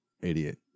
idiot